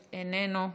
איננו,